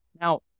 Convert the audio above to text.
Now